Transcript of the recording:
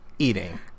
Eating